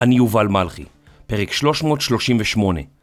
אני יובל מלכי, פרק 338